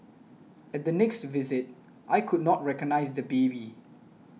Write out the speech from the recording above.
at the next visit I could not recognise the baby